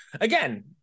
again